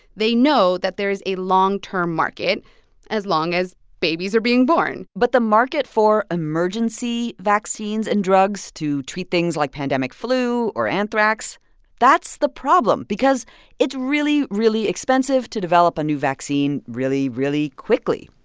they know that there's a long-term market as long as babies are being born but the market for emergency vaccines and drugs to treat things like pandemic flu or anthrax that's the problem because it's really, really expensive to develop a new vaccine really, really quickly.